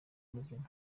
muzima